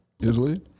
Italy